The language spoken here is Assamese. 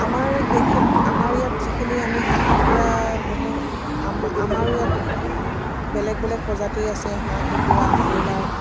আমাৰ দেশত আমাৰ ইয়াত যিখিনি আমি হাঁহ কুকুৰা পুহোঁ আম আমাৰো ইয়াত বেলেগ বেলেগ প্ৰজাতিৰ আছে হাঁহ কুকুৰা ব্ৰইলাৰ